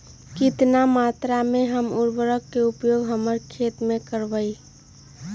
कितना मात्रा में हम उर्वरक के उपयोग हमर खेत में करबई?